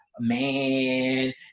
man